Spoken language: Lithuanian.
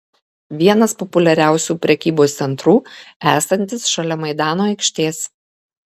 vienas populiariausių prekybos centrų esantis šalia maidano aikštės